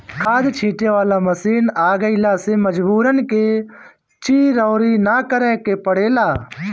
खाद छींटे वाला मशीन आ गइला से मजूरन के चिरौरी ना करे के पड़ेला